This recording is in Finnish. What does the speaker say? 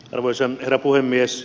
arvoisa herra puhemies